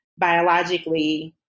biologically